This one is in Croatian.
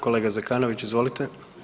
Kolega Zekanović izvolite.